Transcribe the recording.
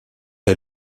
est